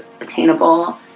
attainable